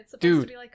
Dude